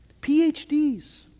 PhDs